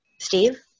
Steve